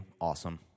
awesome